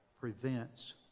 prevents